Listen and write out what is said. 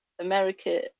America